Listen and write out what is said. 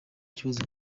ikibazo